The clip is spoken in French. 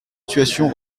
situation